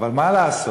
אבל מה לעשות